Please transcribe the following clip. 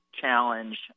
challenge